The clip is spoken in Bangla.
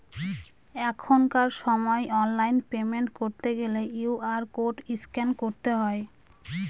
এখনকার সময় অনলাইন পেমেন্ট করতে গেলে কিউ.আর কোড স্ক্যান করতে হয়